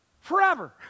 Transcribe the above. forever